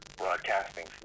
broadcasting